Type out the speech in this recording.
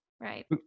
Right